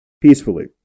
peacefully